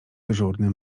dyżurny